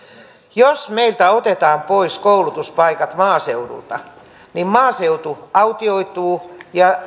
jos meiltä otetaan pois koulutuspaikat maaseudulta niin maaseutu autioituu ja